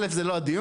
א' זה לא הדיון.